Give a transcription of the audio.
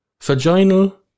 Vaginal